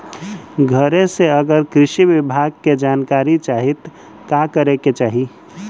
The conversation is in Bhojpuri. घरे से अगर कृषि विभाग के जानकारी चाहीत का करे के चाही?